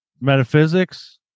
metaphysics